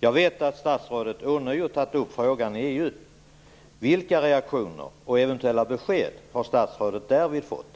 Jag vet att statsrådet ånyo har tagit upp frågan i EU. Vilka reaktioner och eventuella besked har statsrådet därvid fått?